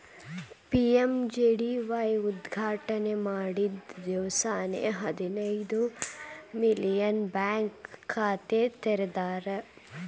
PMJDY ಉದ್ಘಾಟನೆ ಮಾಡಿದ್ದ ದಿವ್ಸಾನೆ ಹದಿನೈದು ಮಿಲಿಯನ್ ಬ್ಯಾಂಕ್ ಖಾತೆ ತೆರದಾರ್